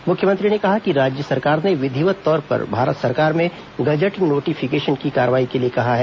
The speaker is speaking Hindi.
मुख्यमंत्री ने कहा कि राज्य सरकार ने विधिवत तौर पर भारत सरकार में गजट नोटिफिकेशन की कार्रवाई के लिए कहा है